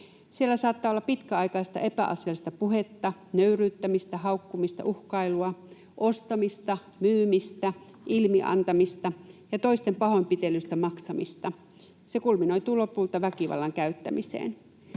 Siellä saattaa olla pitkäaikaista, epäasiallista puhetta, nöyryyttämistä, haukkumista, uhkailua, ostamista, myymistä, ilmiantamista ja toisten pahoinpitelystä maksamista. Se kulminoituu lopulta väkivallan käyttämiseen.